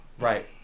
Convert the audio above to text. Right